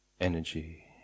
energy